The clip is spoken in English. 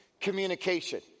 communication